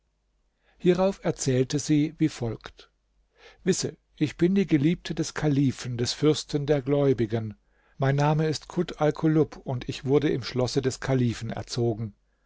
hierauf erzählte sie wie folgt wisse ich bin die geliebte des kalifen des fürsten der gläubigen mein name ist kut alkulub und ich wurde im schlosse des kalifen erzogen